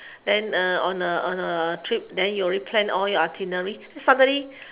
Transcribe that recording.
then err on uh on uh trip then you already plan all your itinerary then suddenly